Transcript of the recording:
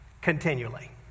continually